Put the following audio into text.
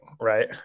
right